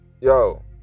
Yo